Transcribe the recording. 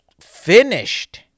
finished